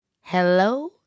hello